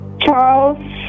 Charles